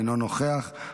אינו נוכח,